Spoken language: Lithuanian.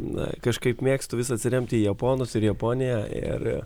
na kažkaip mėgstu vis atsiremti į japonus ir japoniją ir